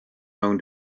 own